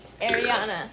Ariana